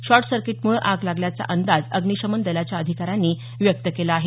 शॉर्टसर्किटमुळं आग लागल्याचा अंदाज अग्निशमन दलाच्या अधिकाऱ्यांनी व्यक्त केला आहे